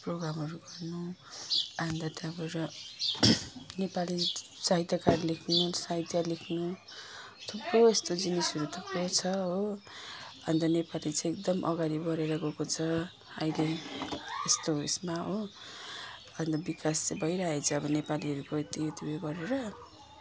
प्रोग्रामहरू गर्नु अन्त त्यहाँबाट नेपाली साहित्यकारले साहित्य लेख्नु थुप्रो यस्तो जिनिसहरू थुप्रो छ हो अन्त नेपाली चाहिँ एकदम अगाडि बढेर गएको छ अहिले यस्तो उयसमा हो अन्त विकास चाहिँ भइरहेछ अब नेपालीहरूको यति उयो गरेर